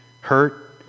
hurt